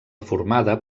formada